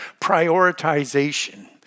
Prioritization